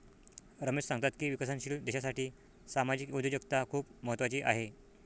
रमेश सांगतात की विकसनशील देशासाठी सामाजिक उद्योजकता खूप महत्त्वाची आहे